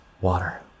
water